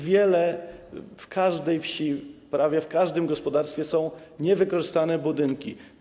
W każdej wsi prawie w każdym gospodarstwie są niewykorzystane budynki.